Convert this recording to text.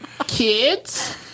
Kids